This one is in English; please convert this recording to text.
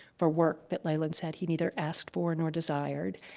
for work that leyland said he neither asked for nor desired.